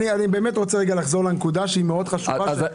אני רוצה לחזור לנקודה שהיא מאוד חשובה.